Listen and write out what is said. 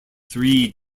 three